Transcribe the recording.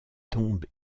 tombe